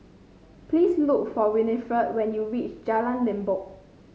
please look for Winnifred when you reach Jalan Limbok